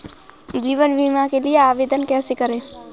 जीवन बीमा के लिए आवेदन कैसे करें?